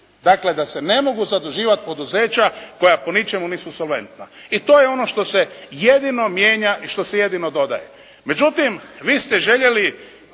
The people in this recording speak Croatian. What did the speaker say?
dakle da se ne mogu zaduživati poduzeća koja po ničemu nisu solventna i to je ono što se jedino mijenja i što se jedino dodaje. Međutim, vi ste željeli